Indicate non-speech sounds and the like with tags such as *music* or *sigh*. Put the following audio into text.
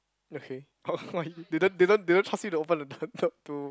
okay oh *laughs* didn't didn't didn't trust me to open the the to